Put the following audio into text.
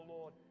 Lord